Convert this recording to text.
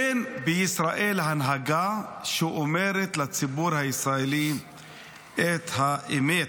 אין בישראל הנהגה שאומרת לציבור הישראלי את האמת.